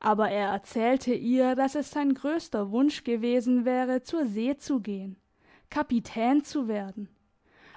aber er erzählte ihr dass es sein grösster wunsch gewesen wäre zur see zu gehen kapitän zu werden